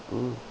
mmhmm